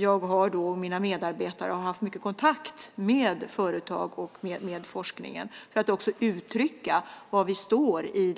Jag och mina medarbetare har haft mycket kontakt med företag och med forskningen för att uttrycka var vi står i